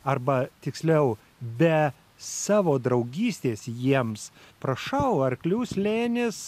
arba tiksliau be savo draugystės jiems prašau arklių slėnis